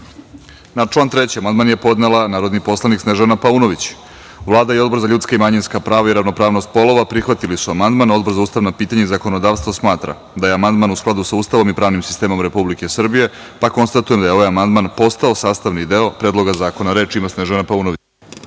član 3. amandman je podnela narodni poslanik Snežana Paunović. Vlada i Odbor za ljudska i manjinska prava i ravnopravnost polova prihvatili su amandman, a Odbor za ustavna pitanja i zakonodavstvo smatra da je amandman u skladu sa Ustavom i pravnim sistemom Republike Srbije, pa konstatujem da je ovaj amandman postao sastavni deo Predloga zakona. Reč ima narodni